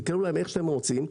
תקראו להם איך שאתם רוצים,